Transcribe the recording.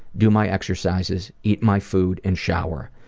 do my exercises, eat my food, and shower.